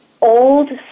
old